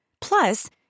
Plus